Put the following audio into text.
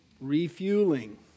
Refueling